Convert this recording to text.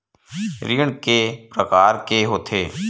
ऋण के प्रकार के होथे?